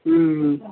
ହୁଁ ହୁଁ